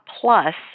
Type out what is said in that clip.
Plus